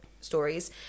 stories